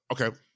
Okay